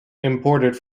imported